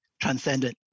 transcendent